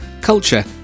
culture